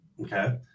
Okay